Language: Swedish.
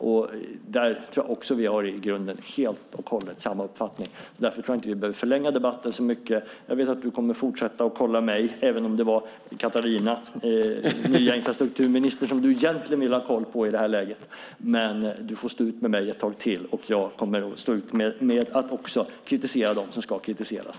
Där tror jag att vi i grunden har samma uppfattning. Därför tror jag inte att vi behöver förlänga debatten. Jag vet att du kommer att fortsätta att kolla mig, även om det var den nya infrastrukturministern som du egentligen ville ha koll på. Du får stå ut med mig ett tag till. Jag kommer att stå ut med att kritisera dem som ska kritiseras.